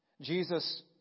Jesus